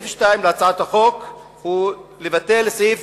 חובות הרשות המקומית לרשות מים ולחברת "מקורות" נובעים לעתים